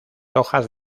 hojas